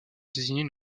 désigner